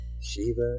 Shiva